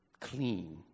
clean